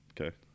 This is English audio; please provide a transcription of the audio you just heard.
Okay